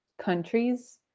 countries